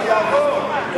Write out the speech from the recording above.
כן, מסכימה.